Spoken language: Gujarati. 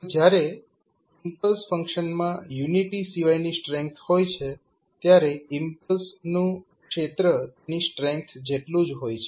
તો જ્યારે ઇમ્પલ્સ ફંક્શનમાં યુનિટી સિવાયની સ્ટ્રેન્થ હોય છે ત્યારે ઇમ્પલ્સનું ક્ષેત્ર તેની સ્ટ્રેન્થ જેટલું જ હોય છે